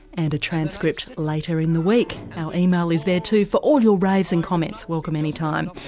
and a transcript later in the week. our email is there too for all your raves and comments, welcome any time.